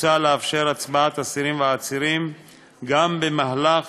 מוצע לאפשר הצבעת אסירים ועצירים גם במהלך